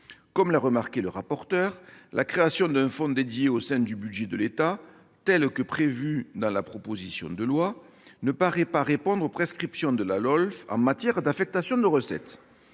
Comme l'a souligné le rapporteur, la création d'un fonds dédié au sein du budget de l'État, comme le prévoit la proposition de loi, ne paraît pas répondre aux prescriptions de la LOLF en matière d'affectation de recettes.